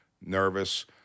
nervous